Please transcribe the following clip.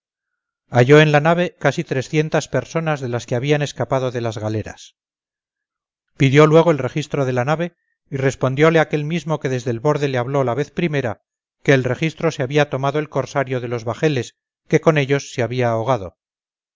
halló en la nave casi trescientas personas de las que habían escapado de las galeras pidió luego el registro de la nave y respondióle aquel mismo que desde el borde le habló la vez primera que el registro le había tomado el corsario de los bajeles que con ellos se había ahogado